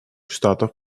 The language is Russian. штатов